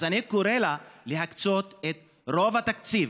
אז אני קורא לה להקצות את רוב התקציב,